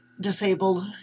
disabled